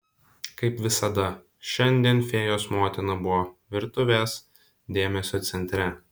kaip visada šiandien fėjos motina buvo virtuvės dėmesio centre